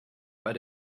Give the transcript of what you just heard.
bei